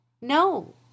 no